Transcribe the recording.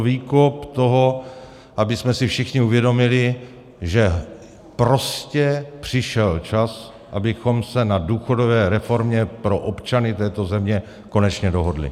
Je to výkop toho, abychom si všichni uvědomili, že prostě přišel čas, abychom se na důchodové reformě pro občany této země konečně dohodli.